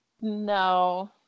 no